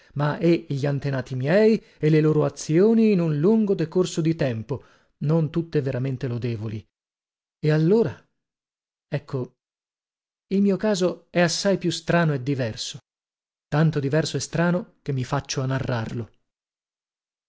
ma e gli antenati miei e le loro azioni in un lungo decorso di tempo non tutte veramente lodevoli e allora ecco il mio caso è assai più strano e diverso tanto diverso e strano che mi faccio a